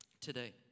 today